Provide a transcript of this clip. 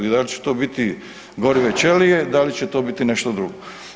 I da li će to biti gorive ćelije, da li će to biti nešto drugo.